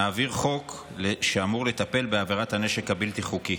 נעביר חוק שאמור לטפל בעבירת הנשק הבלתי-חוקי.